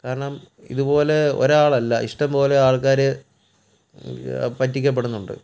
കാരണം ഇതുപോലെ ഒരാളല്ല ഇഷ്ടംപോലെ ആൾക്കാർ പറ്റിക്കപെടുന്നുണ്ട്